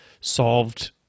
solved